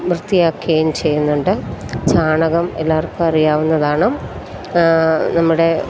വൃത്തിയാക്കുകയും ചെയ്യുന്നുണ്ട് ചാണകം എല്ലാർക്കും അറിയാവുന്നതാണ് നമ്മുടെ